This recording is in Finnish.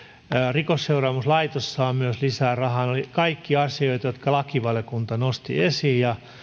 rikosseuraamuslaitos saa myös lisää rahaa ne olivat kaikki asioita jotka lakivaliokunta nosti esiin ja